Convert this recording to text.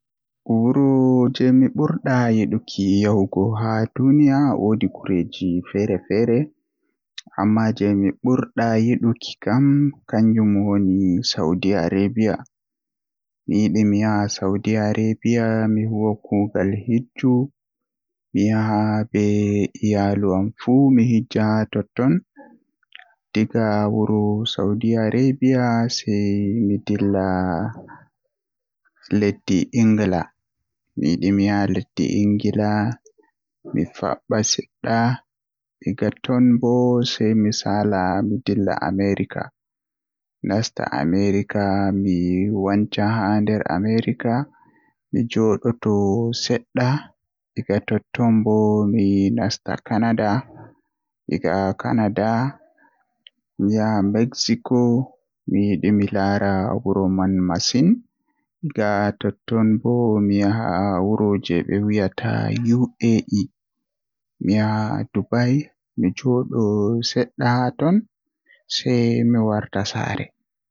Wuro jei mi ɓurɗa yiɗuki mi yaha ha duniyaa woodi gureeji feere-feere, Amma jei mi ɓurɗaa yiɗuki kam kanjum woni saudi arabiya. Miyiɗi mi yaha saudi arabiya mi huwa kuugal hijju mi yaha be iyaalu am fuu mi hijja haa totton, Diga saudi arabiya sei mi dilla leddi Inglan. Miyiɗi mi yaha leddi Inglan mi faɓɓa seɗɗa mi saala mi dilla Amerika, Mi nasta Amerika mi wanca haa nder Amerika mi wancoto sedda egaa totton bo mi nasta kanada egaa Canada mi yaha mexico. Miyiɗi mi laara wuro man masin. Egaa ton bo mi yaha wuro jei be wiyata dum UAE haa Dubai mi jooɗo seɗɗa haa ton sei mi warta saare.